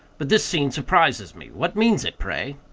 but this scene surprises me what means it, pray?